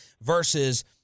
versus